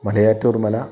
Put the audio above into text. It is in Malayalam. മലയാറ്റൂർ മല